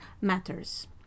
matters